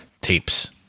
Tapes